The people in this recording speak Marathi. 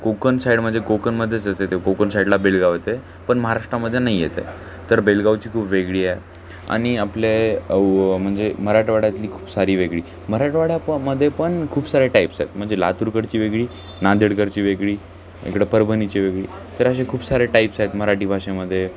कोकण साईड म्हणजे कोकणमध्येच येतं आहे ते कोकण साईडला बेळगावी येतं आहे पण महाराष्ट्रामध्ये नाही येत आहे तर बेळगावीची खूप वेगळी आहे आणि आपले म्हणजे मराठवाड्यातली खूप सारी वेगळी मराठवाड्या पण मध्ये पण खूप सारे टाईप्स आहेत म्हणजे लातूरकडची वेगळी नांदेडकडची वेगळी इकडं परभणीची वेगळी तर असे खूप सारे टाईप्स आहेत मराठी भाषेमध्ये